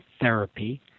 therapy